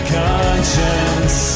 conscience